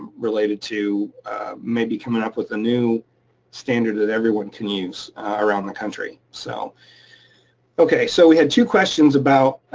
related to maybe coming up with a new standard that everyone can use around the country. so okay, so we had two questions about